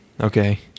Okay